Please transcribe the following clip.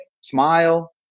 smile